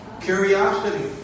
curiosity